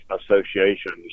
associations